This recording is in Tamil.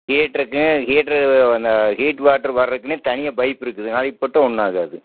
ஹீட்ருக்கும் ஹீட்ரு அந்த ஹீட் வாட்டர் வரக்குனே தனியாக பைப் இருக்குதுங்க அது வாங்கி போட்டால் ஒன்றும் ஆகாது